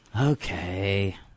Okay